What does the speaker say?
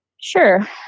Sure